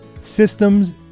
systems